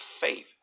faith